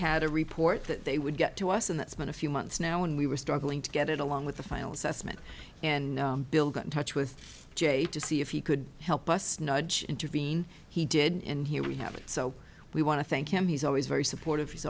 had a report that they would get to us and that's been a few months now and we were struggling to get it along with the final assessment and bill got in touch with jay to see if he could help us nudge intervene he did in here we have it so we want to thank him he's always very supportive he's